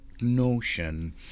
notion